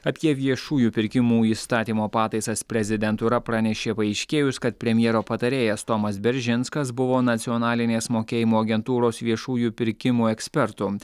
apie viešųjų pirkimų įstatymo pataisas prezidentūra pranešė paaiškėjus kad premjero patarėjas tomas beržinskas buvo nacionalinės mokėjimo agentūros viešųjų pirkimų ekspertu